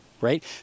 right